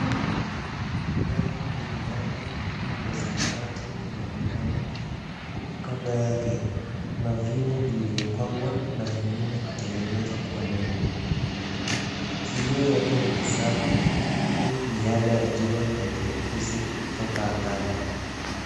Gari yenye rangi ya samawati unaonekana huku kando yake kuna vyuma vilivyopangwa na vingine kutengenezwa kuwa neno. Kioo yake ni kisafi huku miale ya jua yakiakisi toka angani.